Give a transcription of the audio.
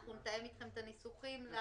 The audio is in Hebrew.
נתאם אתכם את הניסוחים.